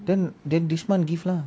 then then this month gift lah